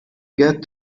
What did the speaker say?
get